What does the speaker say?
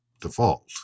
default